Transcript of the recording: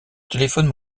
téléphones